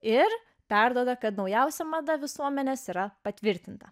ir perduoda kad naujausia mada visuomenės yra patvirtinta